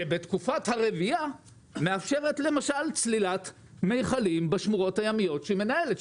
שבתקופת הרבייה מאפשרת למשל צלילת מכלים בשמורות הימיות שהיא מנהלת?